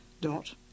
dot